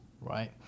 right